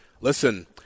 listen